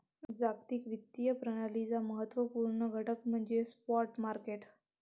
जागतिक वित्तीय प्रणालीचा महत्त्व पूर्ण घटक म्हणजे स्पॉट मार्केट